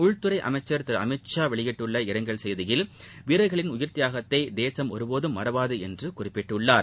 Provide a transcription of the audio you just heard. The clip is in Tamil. உள்துறை அமைச்சர் திரு அமித் ஷா வெளியிட்டுள்ள இரங்கல் செய்தியில் வீரர்களின் உயிர்த்தியாகத்தை தேசம் ஒருபோதும் மறவாது என்று குறிப்பிட்டுள்ளார்